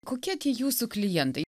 kokie tie jūsų klientai